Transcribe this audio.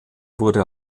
wurde